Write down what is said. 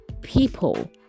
people